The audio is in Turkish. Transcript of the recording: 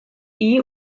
iyi